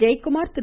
Jayakumar Thiru